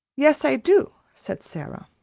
yes, i do, said sara.